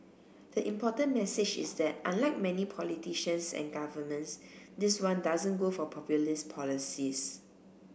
the important message is that unlike many politicians and governments this one doesn't go for populist policies